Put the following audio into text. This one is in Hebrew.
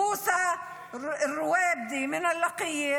מוסא רובידי מלקיה,